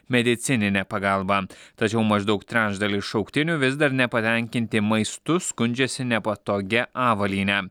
medicinine pagalba tačiau maždaug trečdalis šauktinių vis dar nepatenkinti maistu skundžiasi nepatogia avalyne